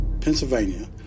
pennsylvania